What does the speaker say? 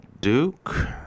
Duke